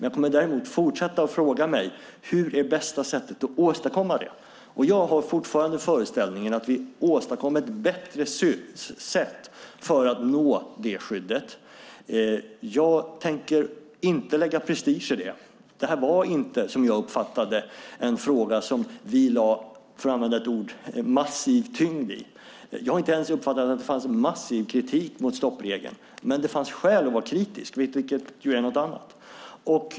Jag kommer däremot att fortsätta fråga mig vilket som är bästa sättet att åstadkomma detta. Jag har fortfarande föreställningen att vi har åstadkommit ett bättre sätt att nå det skyddet. Jag tänker inte lägga prestige i detta. Det här var inte en fråga som vi lade massiv tyngd vid, för att använda det uttrycket. Jag har inte ens uppfattat att det fanns massiv kritik mot stoppregeln, men det fanns skäl att vara kritisk, vilket ju är något annat.